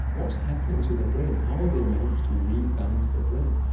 what's happening to their brain? how have they managed to rebalance their brain?